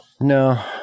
No